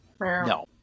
No